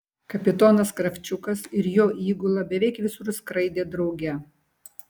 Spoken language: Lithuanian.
kapitonas kravčiukas ir jo įgula beveik visur skraidė drauge